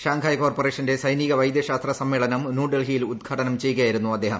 Shanghai കോർപ്പറേഷന്റെ സൈനീക വൈദ്യശാസ്ത്ര സമ്മേളനം ന്യൂഡൽഹിയിൽ ഉദ്ഘാടനം ചെയ്യുകയായിരുന്നു അദ്ദേഹം